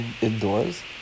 indoors